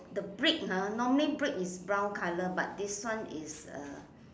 the brick ha normally the brick is normally brown colour this one is uh